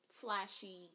flashy